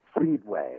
Speedway